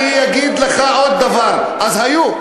ואני אגיד לך עוד דבר, אבל המופתי היה, אז היו.